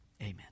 amen